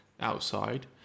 outside